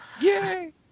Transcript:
Yay